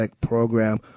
program